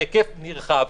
בהיקף נרחב,